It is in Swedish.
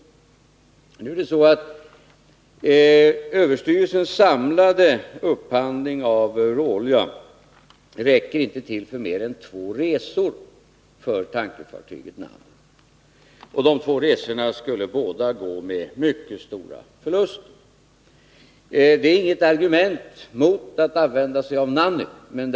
Nu är det så att överstyrelsens samlade upphandling av råolja inte räcker till mer än två resor för tankfartyget Nanny, och de två resorna skulle båda gå med mycket stora förluster. Det är inget argument mot att använda sig av Nanny.